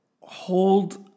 hold